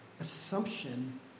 assumption